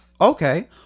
Okay